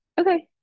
okay